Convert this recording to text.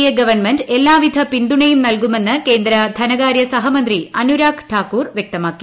A government എല്ലാവിധ പിന്തുണയും നൽകുമെന്ന് കേന്ദ്ര ധനകാര്യ സഹമന്ത്രി അനുരാഗ് താക്കൂർ വ്യക്തമാക്കി